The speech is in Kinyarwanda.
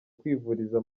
kwivuriza